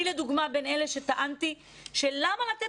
אני לדוגמה בין אלה שטענתי שלמה לתת